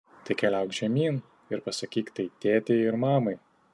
tai keliauk žemyn ir pasakyk tai tėtei ir mamai